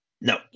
No